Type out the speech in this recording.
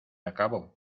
acabó